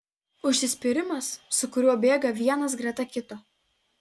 užsispyrimas su kuriuo bėga vienas greta kito